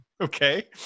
Okay